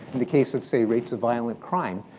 in the case of, say, rates of violent crime,